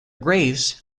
graves